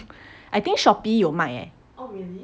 I think Shopee 有卖 leh